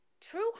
true